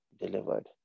delivered